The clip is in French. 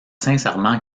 sincèrement